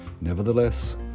Nevertheless